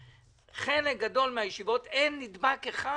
בחלק גדול מן הישיבות אין ולו נדבק אחד,